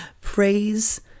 praise